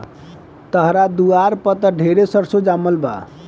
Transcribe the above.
तहरा दुआर पर त ढेरे सरसो जामल बा